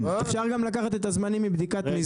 אני מבין נכון אבל אם כבר בדקנו את המהות